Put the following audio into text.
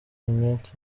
iminsi